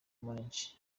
munich